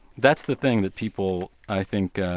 that's the thing that people i think